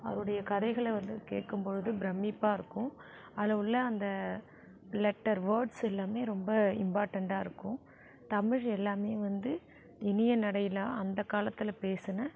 அவருடைய கதைகளை வந்து கேட்கும் பொழுது பிரம்மிப்பாக இருக்கும் அதில் உள்ள அந்த லெட்டர் வேர்ட்ஸ் எல்லாமே ரொம்ப இம்பார்ட்டண்டாக இருக்கும் தமிழ் எல்லாமே வந்து இனிய நடையில அந்த காலத்தில் பேசின